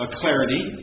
clarity